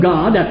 God